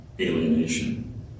Alienation